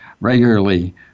regularly